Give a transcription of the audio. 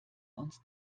uns